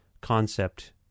concept